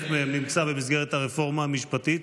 מהם נמצאים במסגרת הרפורמה המשפטית.